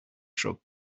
truck